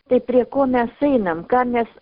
tai prie ko mes einam ką mes